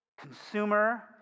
consumer